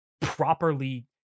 properly